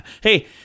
Hey